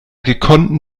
gekonnten